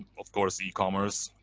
of course, e-commerce.